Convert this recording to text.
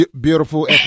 Beautiful